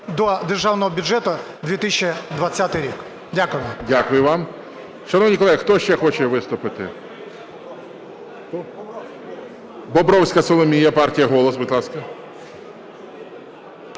до Державного бюджету на 2020 рік. Дякую. ГОЛОВУЮЧИЙ. Дякую вам. Шановні колеги, хто ще хоче виступити? Бобровська Соломія, партія "Голос", будь ласка.